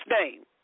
name